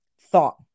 thought